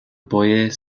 boyer